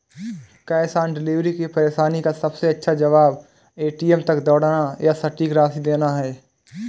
cash on delivery की परेशानी का सबसे अच्छा जवाब, ए.टी.एम तक दौड़ना या सटीक राशि देना है